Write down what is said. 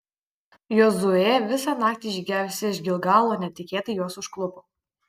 jozuė visą naktį žygiavęs iš gilgalo netikėtai juos užklupo